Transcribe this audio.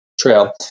Trail